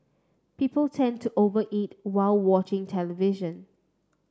people tend to over eat while watching television